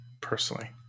personally